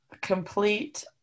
complete